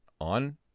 on